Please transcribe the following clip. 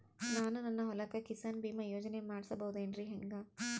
ನಾನು ನನ್ನ ಹೊಲಕ್ಕ ಕಿಸಾನ್ ಬೀಮಾ ಯೋಜನೆ ಮಾಡಸ ಬಹುದೇನರಿ ಹೆಂಗ?